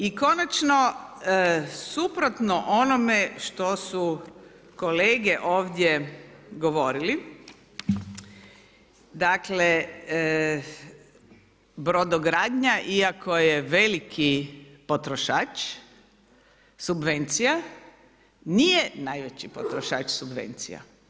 I konačno suprotno onome što su kolege ovdje govorili, dakle brodogradnja iako je veliki potrošač subvencija nije najveći potrošač subvencija.